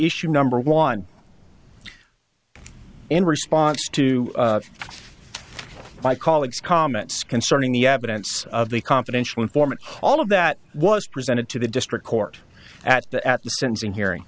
issue number one in response to my colleague's comments concerning the evidence of the confidential informant all of that was presented to the district court at the at the sentencing hearing